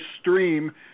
stream